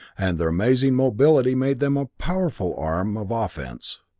and their amazing mobility made them a powerful arm of offense.